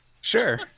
sure